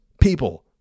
people